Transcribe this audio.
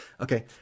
Okay